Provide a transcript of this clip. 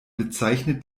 bezeichnet